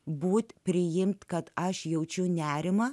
būti priimti kad aš jaučiu nerimą